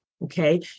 Okay